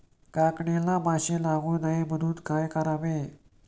काकडीला माशी लागू नये म्हणून काय करावे?